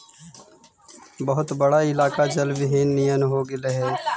बहुत बड़ा इलाका जलविहीन नियन हो गेले हई